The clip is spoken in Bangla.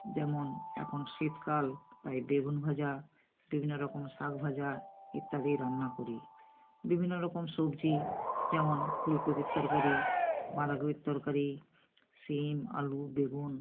যেমন এখন শীতকাল তাই বেগুন ভাজা বিভিন্ন রকম শাগ ভাজা ইত্যাদি রানা করি বিভিন্ন রকম সবজি যেমন ফুলকপির তরকারি বাঁধাকপির তরকারি সিম আলু বেগুন